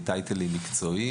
עוזר.